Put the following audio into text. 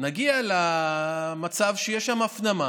נגיע למצב שיש שם הפנמה